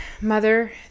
mother